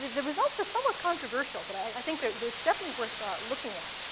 the results are somewhat controversial, but i think it's definitely worth ah looking at,